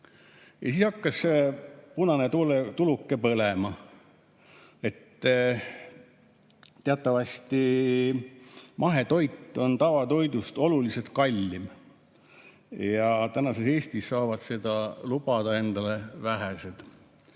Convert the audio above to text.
Ja siis hakkas punane tuluke põlema. Teatavasti mahetoit on tavatoidust oluliselt kallim. Tänases Eestis saavad seda lubada endale vähesed.